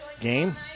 game